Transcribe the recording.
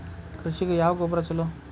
ಕೃಷಿಗ ಯಾವ ಗೊಬ್ರಾ ಛಲೋ?